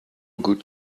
good